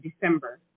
December